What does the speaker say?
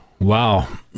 Wow